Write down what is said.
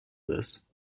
this